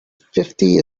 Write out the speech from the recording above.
fifty